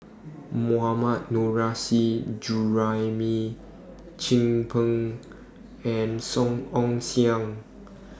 Mohammad Nurrasyid Juraimi Chin Peng and Song Ong Siang